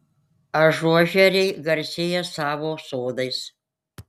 ažuožeriai garsėja savo sodais